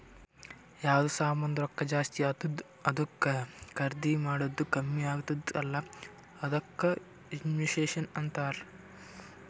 ಯಾವ್ದು ಸಾಮಾಂದ್ ರೊಕ್ಕಾ ಜಾಸ್ತಿ ಆತ್ತುದ್ ಅದೂ ಖರ್ದಿ ಮಾಡದ್ದು ಕಮ್ಮಿ ಆತ್ತುದ್ ಅಲ್ಲಾ ಅದ್ದುಕ ಇನ್ಫ್ಲೇಷನ್ ಅಂತಾರ್